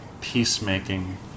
peacemaking